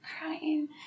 crying